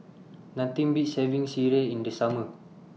Nothing Beats having Sireh in The Summer